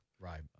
Right